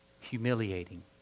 humiliating